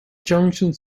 junction